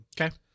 Okay